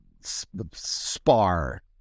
spar